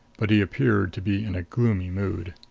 but he appeared to be in a gloomy mood.